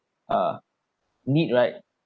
uh need right